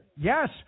Yes